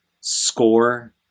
score